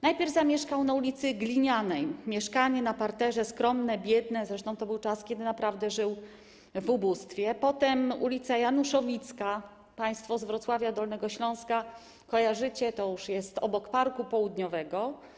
Najpierw zamieszkał na ulicy Glinianej, mieszkanie na parterze, skromne, biedne, zresztą to był czas, kiedy naprawdę żył w ubóstwie; potem ulica Januszowicka, państwo z Wrocławia, Dolnego Śląska kojarzycie, to już jest obok parku Południowego.